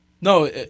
No